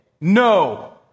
No